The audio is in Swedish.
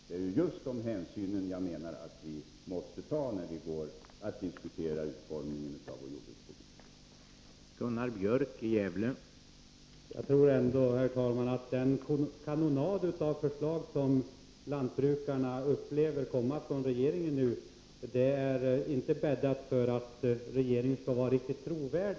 Det är ju just dessa hänsyn jag menar att vi måste ta då vi diskuterar utformningen av vår jordbrukspolitik.